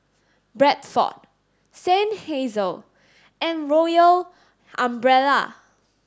Bradford Seinheiser and Royal Umbrella